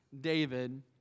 David